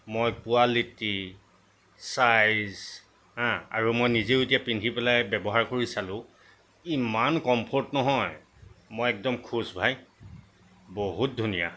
মই quality size হা আৰু মই নিজেও এতিয়া পিন্ধি পেলাই ব্যৱহাৰ কৰি চালোঁ ইমান কমফৰ্ট নহয় মই একদম খুচ ভাই বহুত ধুনীয়া